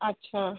अच्छा